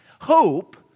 Hope